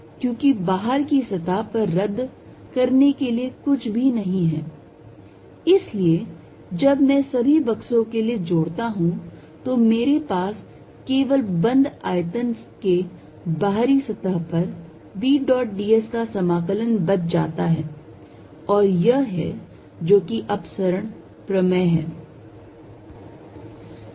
क्योंकि बाहर की सतह पर रद्द करने के लिए कुछ भी नहीं है इसलिए जब मैं सभी बक्सों के लिए जोड़ता हूं तो मेरे पास केवल बंद आयतन के बाहरी सतह पर v dot d s का समाकलन बच जाता है और यह है जो कि अपसरण प्रमेय है